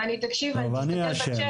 ותקשיב, תסתכל בצ'אט.